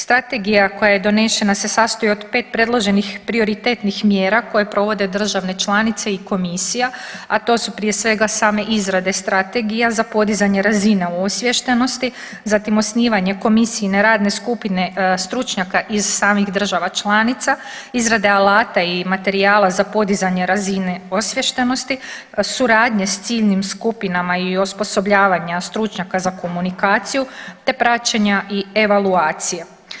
Strategija koja je donešena se sastoji od pet predloženih prioritetnih mjera koje provode države članice i komisija, a to su prije svega same izrade strategija za podizanje razina osviještenosti, zatim osnivanje komisijine radne skupine stručnjaka iz samih država članica, izrade alata i materijala za podizanje razine osviještenosti, suradnje s ciljnim skupinama i osposobljavanja stručnjaka za komunikaciju te praćenja i evaluacije.